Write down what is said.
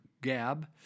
Gab